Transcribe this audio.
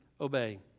obey